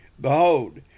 Behold